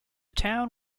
town